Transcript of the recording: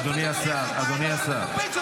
אדוני השר, אדוני השר.